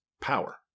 power